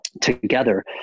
together